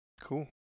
Cool